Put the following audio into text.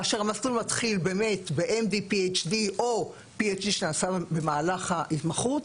כאשר המסלול מתחיל ב- MD PhDאו PhD שנעשה במהלך ההתמחות,